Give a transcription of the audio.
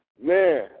Man